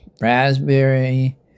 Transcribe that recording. raspberry